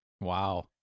Wow